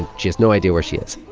and she has no idea where she is